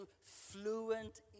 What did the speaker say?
fluent